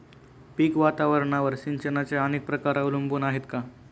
पीक वातावरणावर सिंचनाचे अनेक प्रकार अवलंबून आहेत का?